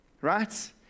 right